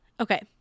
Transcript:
okay